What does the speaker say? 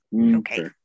Okay